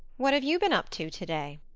what have you been up to to-day?